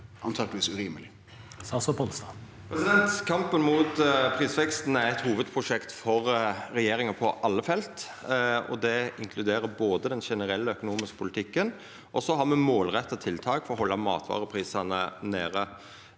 antakeleg urimeleg? Statsråd Geir Pollestad Kampen mot prisveksten er eit hovudprosjekt for regjeringa på alle felt. Det inkluderer den generelle økonomiske politikken, og så har me målretta tiltak for å halda matvareprisane nede.